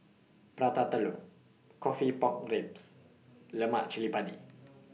Prata Telur Coffee Pork Ribs Lemak Cili Padi